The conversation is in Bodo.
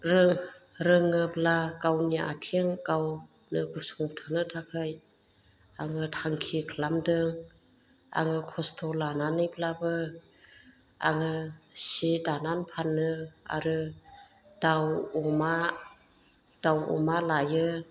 रोङोब्ला गावनि आथिं गावनो गसंथानो थाखाय आङो थांखि खालामदों आङो खस्थ' लानानैब्लाबो आङो सि दानानै फानो आरो दाउ अमा लायो